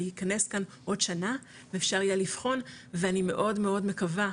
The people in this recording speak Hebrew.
להיכנס כאן עוד שנה אפשר יהיה לבחון ואני מאוד מאוד מקווה,